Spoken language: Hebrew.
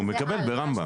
הוא מקבל ברמב"ם.